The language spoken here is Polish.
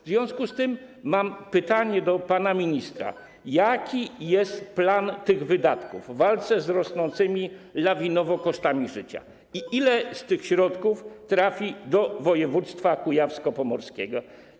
W związku z tym mam pytanie do pana ministra: Jaki jest plan, jeśli chodzi o te wydatki i walkę z rosnącymi lawinowo kosztami życia, i ile z tych środków trafi do województwa kujawsko-pomorskiego?